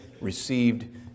received